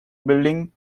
building